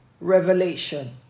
revelation